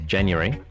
January